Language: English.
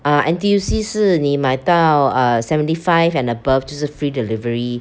ah N_T_U_C 是你买到 uh seventy five and above 就是 free delivery